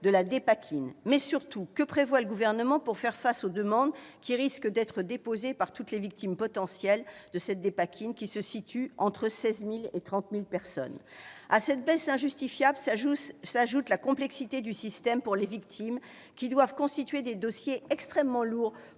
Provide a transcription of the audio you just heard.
de la Dépakine ? Surtout, que prévoit le Gouvernement pour faire face aux demandes qui risquent d'être déposées par toutes les victimes potentielles de la Dépakine, dont le nombre est estimé entre 16 000 et 30 000 ? À cette baisse injustifiable s'ajoute la complexité du système pour les victimes qui doivent constituer des dossiers extrêmement lourds